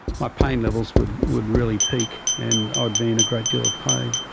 my pain levels would would really peak and i'd be in a great deal of pain.